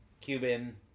Cuban